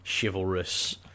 chivalrous